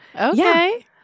Okay